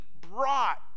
brought